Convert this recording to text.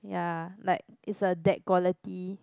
ya like it's a dad quality